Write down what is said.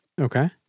Okay